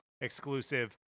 exclusive